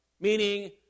meaning